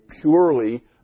purely